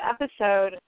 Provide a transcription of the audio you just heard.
episode